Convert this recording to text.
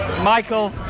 Michael